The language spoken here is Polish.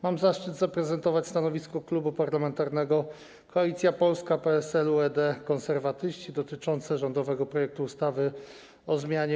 Mam zaszczyt zaprezentować stanowisko Klubu Parlamentarnego Koalicja Polska - PSL, UED, Konserwatyści dotyczące rządowego projektu ustawy o zmianie